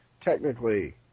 Technically